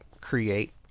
create